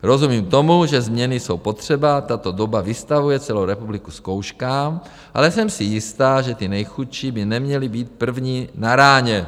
Rozumím tomu, že změny jsou potřeba a tato doba vystavuje celou republiku zkouškám, ale jsem si jistá, že ty nejchudší by neměli být první na ráně.